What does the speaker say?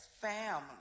family